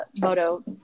moto